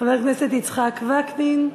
חבר הכנסת יצחק וקנין.